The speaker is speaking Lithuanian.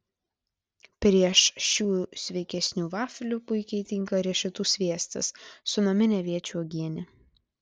prieš šių sveikesnių vaflių puikiai tinka riešutų sviestas su namine aviečių uogiene